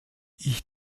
ich